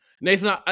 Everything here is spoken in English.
Nathan